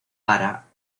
para